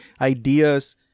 ideas